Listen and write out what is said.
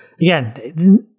again